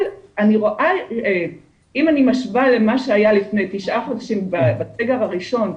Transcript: אבל אם אני משווה למה שהיה לפני תשעה חודשים בסגר הראשון,